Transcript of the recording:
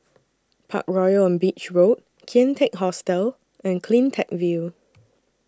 Parkroyal on Beach Road Kian Teck Hostel and CleanTech View